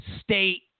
state